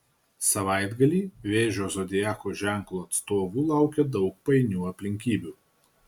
savaitgalį vėžio zodiako ženklo atstovų laukia daug painių aplinkybių